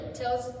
tells